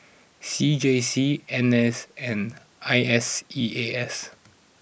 C J C N S and I S E A S